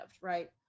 right